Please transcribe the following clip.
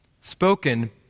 spoken